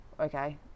Okay